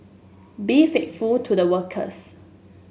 be faithful to the workers